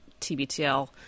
TBTL